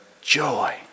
joy